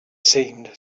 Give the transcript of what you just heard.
seemed